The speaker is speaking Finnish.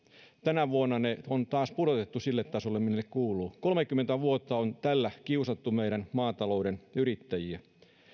tänä vuonna ne on taas pudotettu sille tasolle mille ne kuuluvat kolmekymmentä vuotta on tällä kiusattu meidän maatalouden yrittäjiä